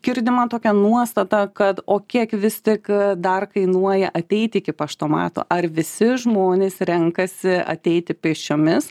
girdima tokia nuostata kad o kiek vis tik dar kainuoja ateiti iki paštomato ar visi žmonės renkasi ateiti pėsčiomis